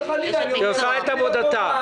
היא עושה את עבודתה.